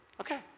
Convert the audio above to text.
Okay